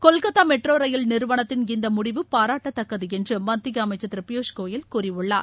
Kolkata metro rail நிறுவனத்தின் இந்த முடிவு பாராட்டத்தக்கது என்று மத்திய அமைச்சர் திரு பியூஷ்கோயல் கூறியுள்ளார்